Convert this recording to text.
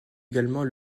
également